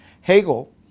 Hegel